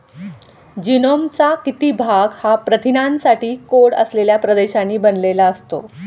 जीनोमचा किती भाग हा प्रथिनांसाठी कोड असलेल्या प्रदेशांनी बनलेला असतो?